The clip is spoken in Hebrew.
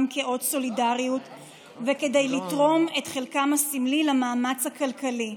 כאות סולידריות וכדי לתרום את חלקם הסמלי למאמץ הכלכלי,